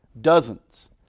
dozens